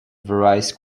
varies